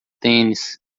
tênis